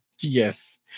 Yes